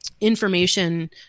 information